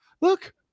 look